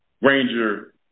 Ranger